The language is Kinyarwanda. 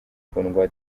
kundwa